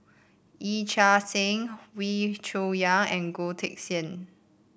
Yee Chia Hsing Wee Cho Yaw and Goh Teck Sian